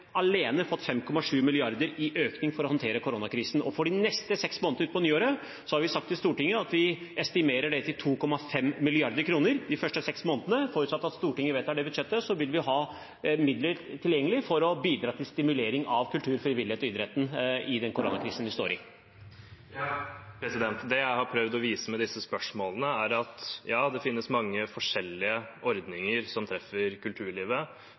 5,7 mrd. kr for å håndtere koronakrisen. For de første seks månedene av neste år har vi sagt til Stortinget at vi estimerer beløpet til 2,5 mrd. kr, forutsatt at Stortinget vedtar det forslaget til statsbudsjett. Da vil vi ha midler tilgjengelig til å bidra til stimulering av kultur, frivillighet og idrett i denne koronakrisen som vi står i. Freddy André Øvstegård – til oppfølgingsspørsmål. Det jeg har prøvd å vise med disse spørsmålene er at ja, det finnes mange forskjellige ordninger som treffer kulturlivet.